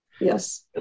Yes